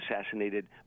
assassinated